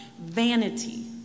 vanity